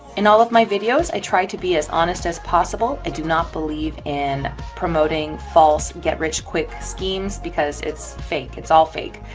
all of my videos, i try to be as honest as possible. i do not believe in promoting false get rich quick schemes. because it's fake. it's all fake.